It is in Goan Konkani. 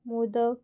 मोदक